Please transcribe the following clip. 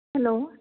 hello